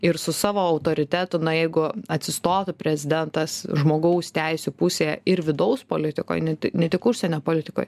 ir su savo autoritetu na jeigu atsistotų prezidentas žmogaus teisių pusėje ir vidaus politikoj ne ti ne tik užsienio politikoj